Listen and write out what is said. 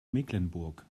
mecklenburg